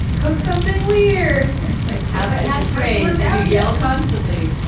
cook something we're like have a catchphrase that you yell constantly.